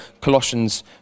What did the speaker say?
Colossians